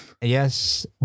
yes